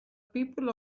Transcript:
people